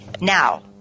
Now